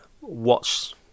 watch